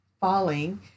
falling